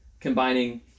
combining